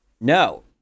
No